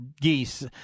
geese